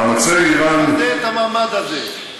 אל תבזה את המעמד הזה.